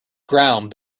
ground